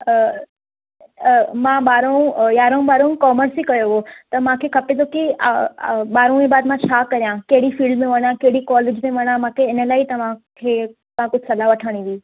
मां ॿारहों यारहों ॿारहों कोमर्स ई कयो हो त मांखे खपे जो की ॿारहों के बादि मां छा करियां कहिड़ी फिल्ड में वञा कहिड़ी कॉलेज में वञां मांखे हिन लाइ ई तव्हां खे तव्हां खां कुझु सलाह वठिणी हुई